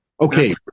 Okay